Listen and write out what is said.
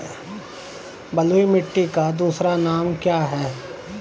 बलुई मिट्टी का दूसरा नाम क्या है?